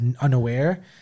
unaware